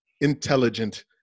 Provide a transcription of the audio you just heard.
intelligent